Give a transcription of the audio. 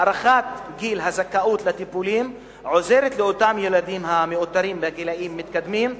העלאת גיל הזכאות לטיפולים עוזרת לאותם ילדים המאותרים בגילים מתקדמים,